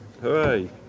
Hooray